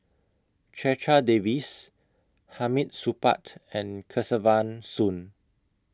Checha Davies Hamid Supaat and Kesavan Soon